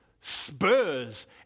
spurs